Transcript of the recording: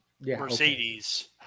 Mercedes